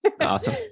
Awesome